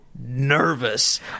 nervous